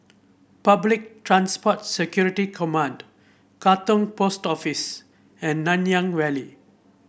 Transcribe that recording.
Public Transport Security Command Katong Post Office and Nanyang Valley